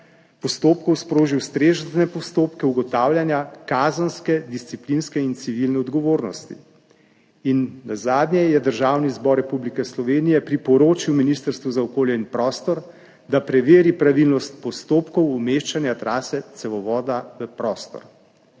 postopkov, sproži ustrezne postopke ugotavljanja kazenske, disciplinske in civilne odgovornosti.« Nazadnje je Državni zbor Republike Slovenije priporočil Ministrstvu za okolje in prostor, da preveri pravilnost postopkov umeščanja trase cevovoda v prostor.